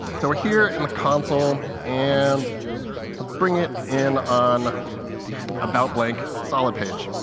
so we're here in the console, and i'll bring it in on about blank solid page.